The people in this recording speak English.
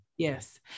Yes